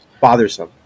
bothersome